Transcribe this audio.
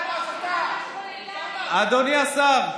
--- אדוני השר,